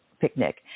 picnic